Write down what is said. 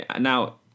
now